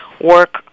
work